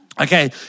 Okay